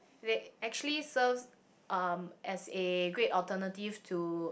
they actually serves um as a great alternative to